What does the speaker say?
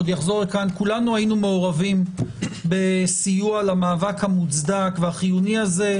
כולנו היינו מעורבים בסיוע למאבק המוצדק והחיוני הזה,